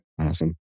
Awesome